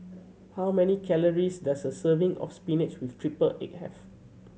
how many calories does a serving of spinach with triple egg have